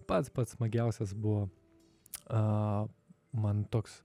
pats pats smagiausias buvo man toks